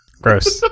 gross